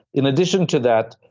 in addition to that,